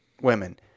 women